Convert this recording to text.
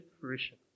fruition